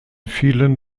vielen